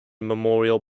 memorial